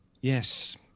yes